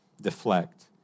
deflect